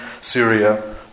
Syria